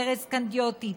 ארז קנדיוטי,